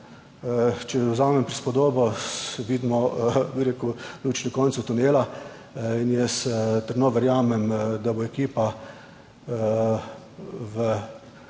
če vzamem prispodobo, vidimo, bi rekel, luč na koncu tunela. Jaz trdno verjamem, da bo ekipa v